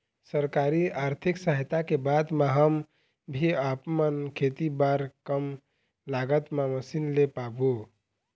सरकारी आरथिक सहायता के बाद मा हम भी आपमन खेती बार कम लागत मा मशीन ले पाबो?